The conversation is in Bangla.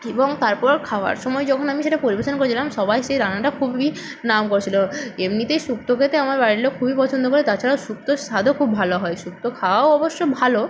এবং তারপর খাওয়ার সময় যখন আমি সেটা পরিবেশন করেছিলাম সবাই সেই রান্নাটা খুবই নাম করছিল এমনিতেই শুক্তো খেতে আমার বাড়ির লোক খুবই পছন্দ করে তাছাড়াও শুক্তোর স্বাদও খুব ভালো হয় শুক্তো খাওয়াও অবশ্য ভালো